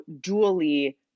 dually